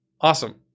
Awesome